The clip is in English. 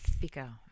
thicker